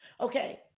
Okay